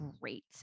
great